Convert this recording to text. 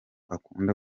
akunda